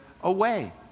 away